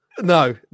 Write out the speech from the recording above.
no